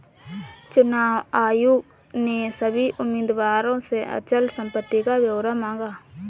चुनाव आयोग ने सभी उम्मीदवारों से अचल संपत्ति का ब्यौरा मांगा